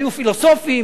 היו פילוסופים,